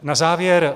Na závěr.